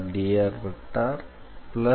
drc4F